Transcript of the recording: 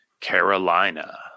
Carolina